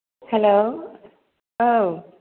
hello औ